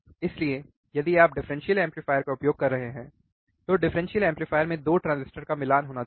इसलिए यदि आप डिफरेंशियल एम्पलीफायर का उपयोग कर रहे हैं तो डिफरेंशियल एम्पलीफायर में 2 ट्रांजिस्टर का मिलान होना चाहिए